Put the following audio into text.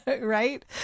right